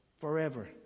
forever